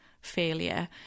failure